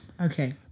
Okay